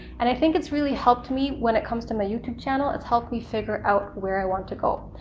and i think it's really helped me when it comes to my youtube channel. it's helped me figure out where i want to go.